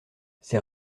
ses